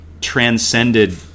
transcended